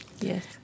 Yes